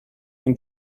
and